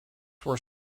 were